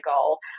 goal